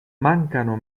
mancano